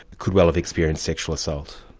could well have experienced sexual assault?